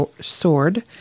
sword